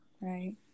Right